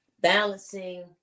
Balancing